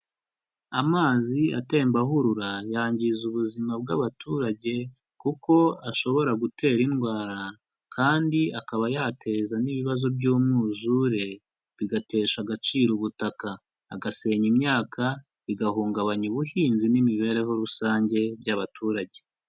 Amazi atemba ahurura yangiza ubuzima bw'abaturage, kuko ashobora gutera indwara kandi akaba yateza n'ibibazo by'umwuzure, bigatesha agaciro ubutaka, agasenya imyaka, bigahungabanya ubuhinzi n'imibereho rusange by'abaturage.